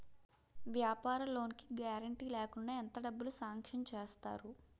వ్యాపార లోన్ కి గారంటే లేకుండా ఎంత డబ్బులు సాంక్షన్ చేస్తారు?